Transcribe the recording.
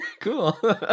cool